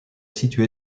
situé